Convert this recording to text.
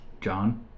John